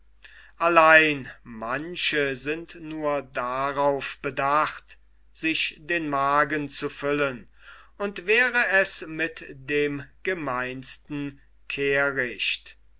allein manche sind nur darauf bedacht sich den magen zu füllen und wäre es mit dem gemeinsten kehricht